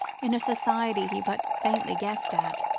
in a society he but faintly guessed at,